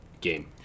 game